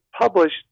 published